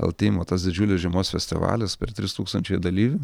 l tymo vat tas didžiulis žiemos festivalis per tris tūkstančiai dalyvių